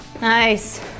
Nice